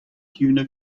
tuna